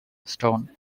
stone